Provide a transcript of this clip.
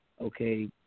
Okay